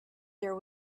there